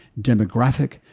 demographic